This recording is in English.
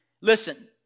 Listen